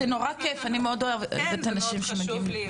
זה נורא כיף ואני מאוד אוהבת שאנשים מגיעים.